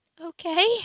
Okay